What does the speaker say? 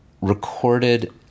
recorded